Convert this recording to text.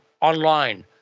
online